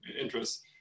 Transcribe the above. interests